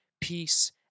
peace